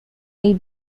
may